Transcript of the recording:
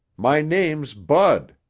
my name's bud!